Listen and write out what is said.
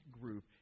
group